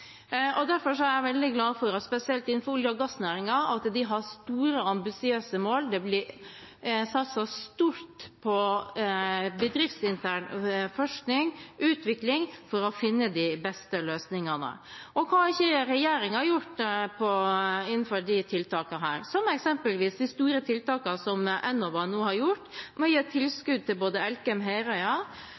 Derfor er jeg veldig glad for at de spesielt innen olje- og gassnæringen har store, ambisiøse mål, og det satses stort på bedriftsintern forskning og utvikling for å finne de beste løsningene. Og hva har ikke regjeringen gjort innen disse områdene – eksempelvis de store tiltakene som Enova nå har gjort med å gi tilskudd til både